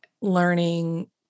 learning